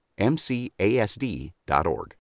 MCASD.org